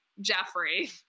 Jeffrey